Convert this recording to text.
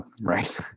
right